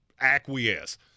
acquiesce